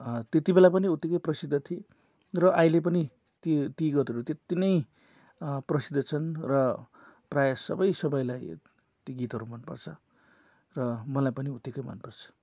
त्यति बेला पनि उत्तिकै प्रसिद्ध थिए र अहिले पनि ती ती गीतहरू त्यत्ति नै प्रसिद्ध छन् र प्रायः सबै सबैलाई ती गीतहरू मनपर्छ र मलाई पनि उत्तिकै मनपर्छ